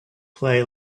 play